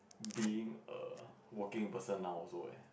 being a working person now also eh